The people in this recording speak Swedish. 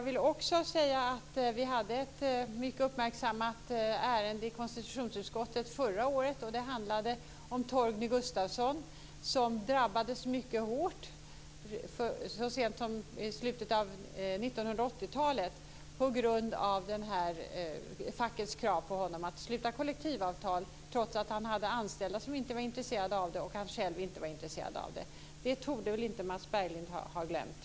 Vi hade ett mycket uppmärksammat ärende i konstitutionsutskottet förra året. Det handlade om Torgny Gustafsson som drabbades mycket hårt så sent som i slutet av 1980-talet på grund av fackets krav på honom att sluta kollektivavtal trots att han hade anställda som inte var intresserade och han själv inte var intresserad av det. Det torde väl Mats Berglind inte ha glömt.